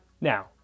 Now